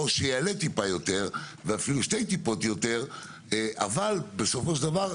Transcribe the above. או שיעלה טיפה יותר ואפילו שתי טיפות יותר אבל בסופו של דבר,